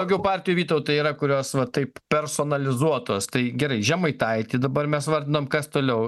daugiau partijų vytautai yra kurios va taip personalizuotos tai gerai žemaitaitį dabar mes vardinom kas toliau